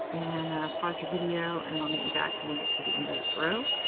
and pause your video, and i'll meet you back when we get to the end of this row.